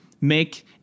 make